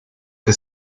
que